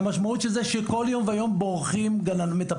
המשמעות של זה היא שכל יום ויום בורחות מטפלות